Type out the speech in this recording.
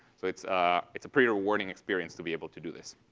so it's it's a pretty rewarding experience to be able to do this.